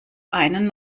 einen